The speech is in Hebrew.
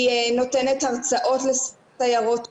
היא נותנת הרצאות לסיירות הורים.